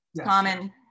Common